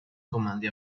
comandi